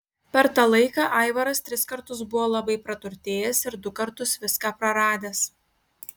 per tą laiką aivaras tris kartus buvo labai praturtėjęs ir du kartus viską praradęs